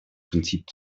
prinzip